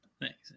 Thanks